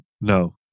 no